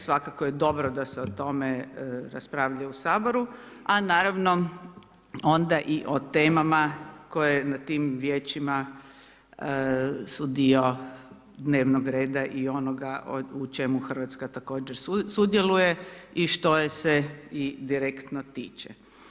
Svakako je dobro da se o tome raspravlja u Saboru, a naravno onda i o temama koje na tim vijećima su dio dnevnog reda i onoga u čemu RH također sudjeluje i što je se i direktno tiče.